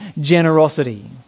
generosity